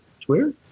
Twitter